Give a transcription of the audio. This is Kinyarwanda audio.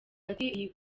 ati